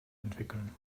entwickeln